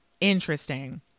Interesting